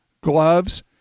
gloves